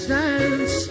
dance